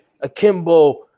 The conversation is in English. akimbo